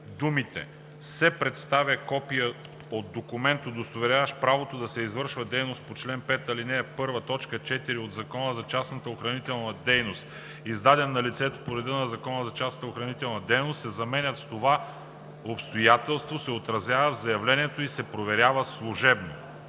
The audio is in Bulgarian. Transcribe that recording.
думите „се представя копие от документ, удостоверяващ правото да се извършва дейност по чл. 5, ал. 1, т. 4 от Закона за частната охранителна дейност, издаден на лицето по реда на Закона за частната охранителна дейност“ се заменят с „това обстоятелство се отразява в заявлението и се проверява служебно“.“